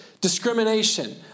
discrimination